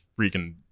freaking